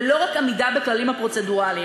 ולא רק עמידה בכללים הפרוצדורליים.